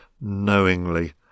knowingly